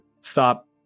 stop